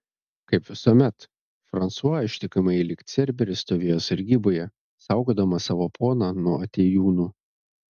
kaip visuomet fransua ištikimai lyg cerberis stovėjo sargyboje saugodamas savo poną nuo atėjūnų